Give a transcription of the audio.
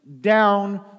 down